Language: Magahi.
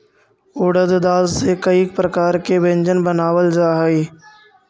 उड़द दाल से कईक प्रकार के व्यंजन बनावल जा हई